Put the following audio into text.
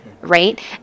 Right